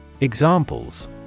Examples